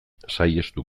saihestu